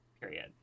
period